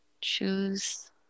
choose